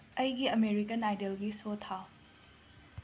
ꯑꯩꯒꯤ ꯑꯃꯦꯔꯤꯀꯟ ꯑꯥꯏꯗꯜꯒꯤ ꯁꯣ ꯊꯥꯎ